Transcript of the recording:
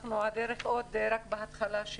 והדרך עדיין רק בהתחלה.